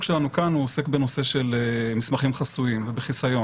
שלנו כאן הוא בנושא מסמכים חסויים ובחיסיון,